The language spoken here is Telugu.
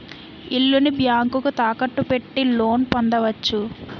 ఇల్లుని బ్యాంకుకు తాకట్టు పెట్టి లోన్ పొందవచ్చు